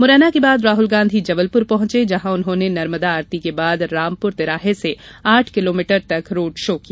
मुरैना के बाद राहुल गांधी जबलपुर पहुंचे जहां उन्होंने नर्मदा आरती के बाद रामपुर तिराहे से आठ किलोमीटर तक रोड शो किया